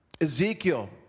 Ezekiel